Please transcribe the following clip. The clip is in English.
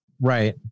Right